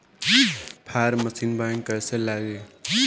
Form machine bank कईसे लागी?